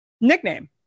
Nickname